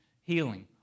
healing